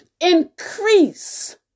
increase